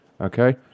Okay